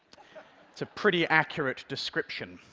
it's a pretty accurate description.